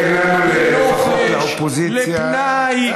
תן לנו לפחות לאופוזיציה, קצת, לנופש, לפנאי,